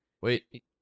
Wait